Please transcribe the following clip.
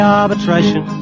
arbitration